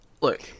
look